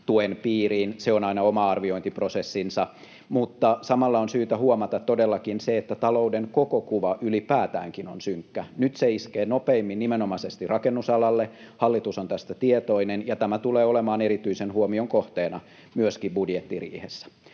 tuen piiriin. Se on aina oma arviointiprosessinsa. Samalla on syytä huomata todellakin se, että talouden koko kuva ylipäätäänkin on synkkä. Nyt se iskee nopeimmin nimenomaisesti rakennusalalle, hallitus on tästä tietoinen, ja tämä tulee olemaan erityisen huomion kohteena myöskin budjettiriihessä.